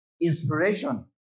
inspiration